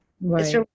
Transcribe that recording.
right